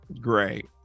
Great